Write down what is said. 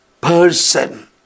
person